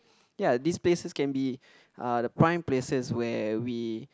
ya these places can be uh the prime places where we